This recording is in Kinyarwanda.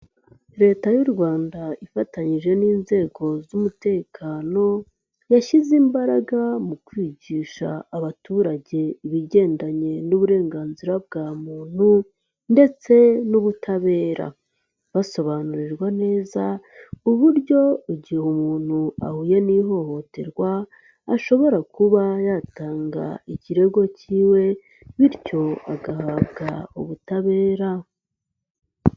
Leta y'u Rwanda ifatanyije n'inzego z'umutekano, yashyize imbaraga mu kwigisha abaturage ibigendanye n'uburenganzira bwa muntu ndetse n'ubutabera, basobanurirwa neza uburyo igihe umuntu ahuye n'ihohoterwa, ashobora kuba yatanga ikirego cy'iwe bityo agahabwa ubutabera.